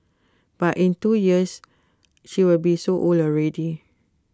but in two years she will be so old already